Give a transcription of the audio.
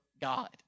God